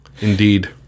indeed